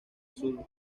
azul